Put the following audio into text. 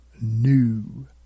new